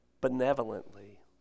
benevolently